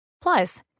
Plus